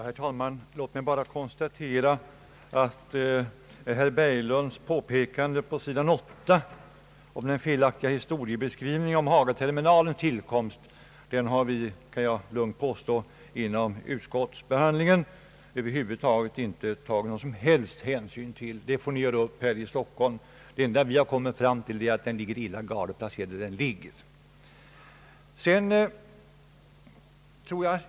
Herr talman! Låt mig bara få konstatera beträffande herr Berglunds påpekande om den felaktiga historieskrivningen på sidan 8 i utlåtandet om Hagaterminalens tillkomst att den historieskrivningen — det kan jag lugnt påstå — har vi vid utskottsbehandlingen över huvud taget inte tagit någon som helst hänsyn till. Det är en sak som ni får göra upp om här i Stockholm. Det enda vi har kommit fram till är att Hagaterminalen är dåligt placerad.